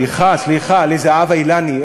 סליחה, סליחה, לזהבה אילני.